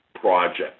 project